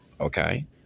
Okay